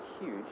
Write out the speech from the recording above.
huge